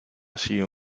sido